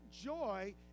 joy